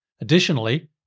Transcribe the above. Additionally